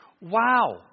Wow